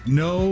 no